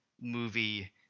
movie